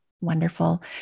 Wonderful